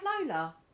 Lola